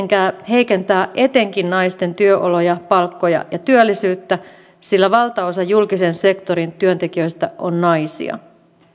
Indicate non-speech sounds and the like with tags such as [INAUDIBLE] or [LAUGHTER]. [UNINTELLIGIBLE] mikä heikentää etenkin naisten työoloja palkkoja ja työllisyyttä sillä valtaosa julkisen sektorin työntekijöistä on naisia